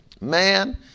man